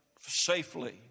safely